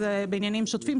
זה בעניינים שוטפים,